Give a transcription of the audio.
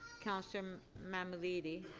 counselor um mammoliti?